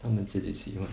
他们自己喜欢